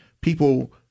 people